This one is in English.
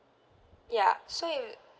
ya so it will